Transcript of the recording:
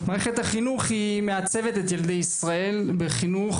מערכת החינוך מעצבת את ילדי ישראל בחינוך